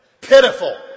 pitiful